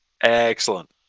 Excellent